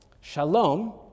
shalom